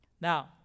Now